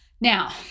Now